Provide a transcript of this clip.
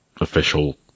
official